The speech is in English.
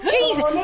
Jesus